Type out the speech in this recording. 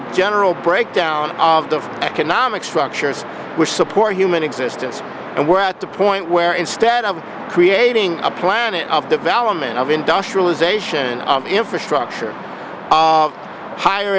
a general breakdown of the economic structures which support human existence and we're at the point where instead of creating a planet of the value men of industrialization of infrastructure of higher